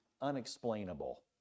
unexplainable